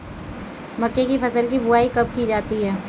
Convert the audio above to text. मक्के की फसल की बुआई कब की जाती है?